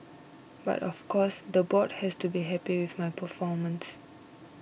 but of course the board has to be happy with my performance